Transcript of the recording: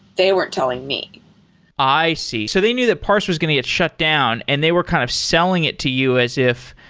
they weren't telling me i see. so they knew that parse was going to get shut down and they were kind of selling it to you as if,